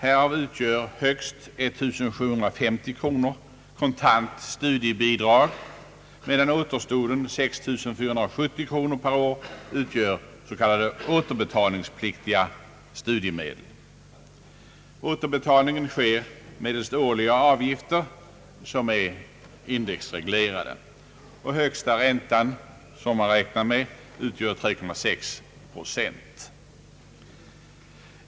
Härav utgör högst 1750 kronor kontant studiebidrag, medan återstoden, 6 370 kronor per år, utgör s.k. återbetalningspliktiga studiemedel. Återbetalningen sker medelst årliga avgifter, som är indexreglerade, och högsta räntan som man räknar med är 3,6 procent.